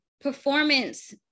performance